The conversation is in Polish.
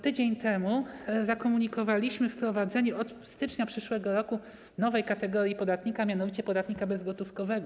Tydzień temu zakomunikowaliśmy wprowadzenie od stycznia przyszłego roku nowej kategorii podatnika, mianowicie podatnika bezgotówkowego.